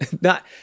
not-